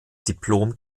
diplom